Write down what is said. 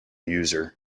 user